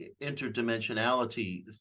interdimensionality